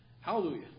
Hallelujah